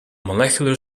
molecular